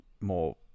more